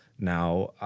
now,